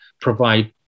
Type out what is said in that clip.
provide